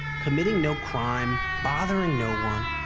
committing no crime, bothering no one,